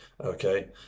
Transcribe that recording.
okay